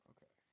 Okay